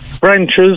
branches